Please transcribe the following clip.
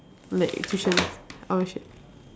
like tuition